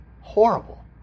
Horrible